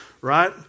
right